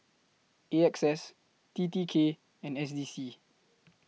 A X S T T K and S D C